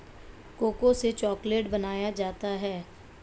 cocoa से chocolate बनाया जाता है